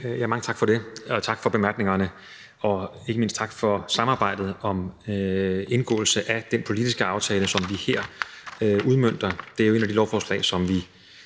Mange tak for det, og tak for bemærkningerne, og ikke mindst tak for samarbejdet om indgåelse af den politiske aftale, som vi her udmønter. Det er et af de lovforslag, som vi